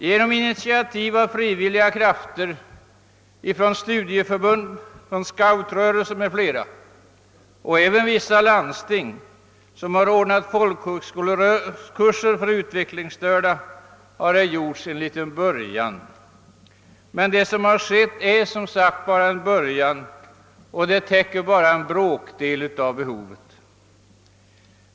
Genom initiativ av frivilliga krafter — från studieförbund, scoutrörelsen m.fl. organisationer — och även vissa landsting, som ordnat folkhögskolekurser för utvecklingsstörda, har en liten början gjorts. Men det har som sagt bara varit en början, och det täcker bara en bråkdel av behovet.